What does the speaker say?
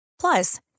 Plus